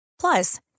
Plus